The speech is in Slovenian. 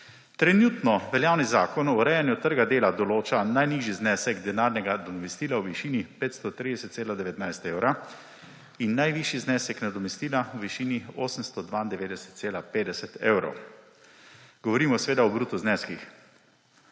Trenutno veljavni Zakon o urejanju trga dela določa najnižji znesek denarnega nadomestila v višini 530,19 evra in najvišji znesek nadomestila v višini 892,50 evrov. Govorimo seveda o bruto zneskih.